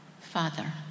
Father